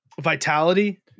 Vitality